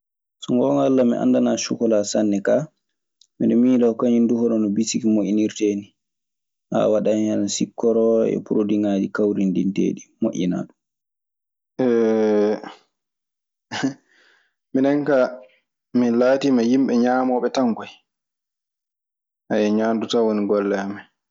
So ngoonga Alla mi anndanaa sokkolaa sanne. Kaa, miɗe miiloo kañun du hono bisiki moƴƴinirtee nii. A waɗan hen sikkoro e porodiiŋaaji kawrinidintee ɗii, moƴƴinaa. Minen kaa, min laatiima yimɓe ñaamooɓe tan koyi. Ñaandu tan woni golle amen.